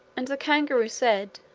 and the kangaroo said,